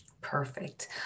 Perfect